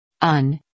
Un